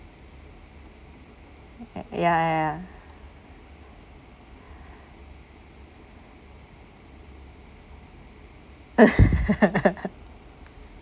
ya ya